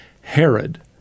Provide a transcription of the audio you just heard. Herod